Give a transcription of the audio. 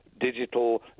digital